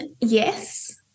Yes